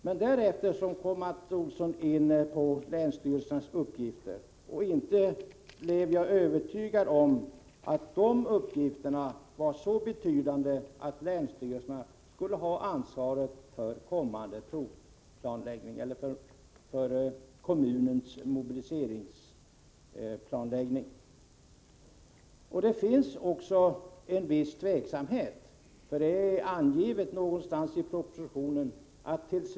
Men därefter kom Mats Olsson in på länsstyrelsens uppgifter, och inte blev jag övertygad om att de uppgifterna är så betydande att länsstyrelserna skulle ha ansvaret för kommunens mobiliseringsplanläggning. Det finns också en viss tveksamhet härvidlag. Det är angivet i propositionen att £.